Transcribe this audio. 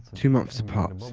two months apart.